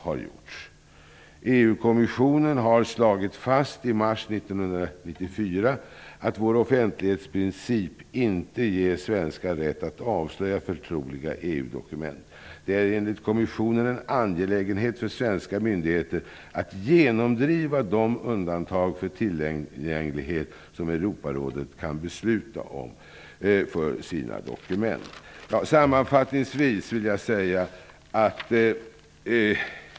EU-kommissionen slog i mars 1994 fast att vår offentlighetsprincip inte ger svenskar rätt att avslöja förtroliga EU-dokument. Det är enligt kommissionen en angelägenhet för svenska myndigheter att genomdriva de undantag för tillgänglighet som Europarådet kan besluta om för sina dokument.